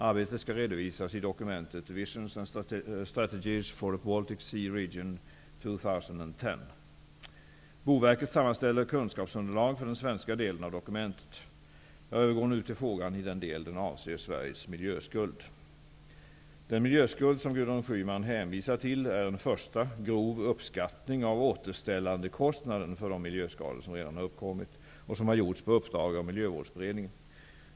Arbetet skall redovisas i dokumentet Jag övergår nu till frågan i den del den avser Den miljöskuld som Gudrun Schyman hänvisar till är en första, grov uppskattning av återställandekostnaden för de miljöskador som redan har uppkommit, som har gjorts på uppdrag av Miljövårdsberedningen.